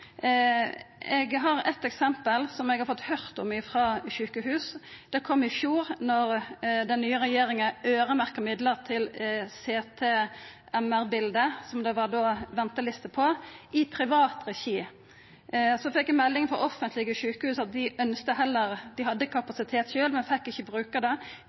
Eg har eit eksempel frå sjukehus som eg har fått høyra om. I fjor, då den nye regjeringa øyremerkte midlar til CT/MR-bilde – som det då var venteliste på – i privat regi, fekk eg melding frå offentlege sjukehus om at dei hadde kapasitet sjølve, men ikkje fekk bruka han. Dei fortalde at når pasientar kom med bilda sine frå det